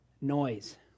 noise